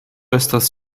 estas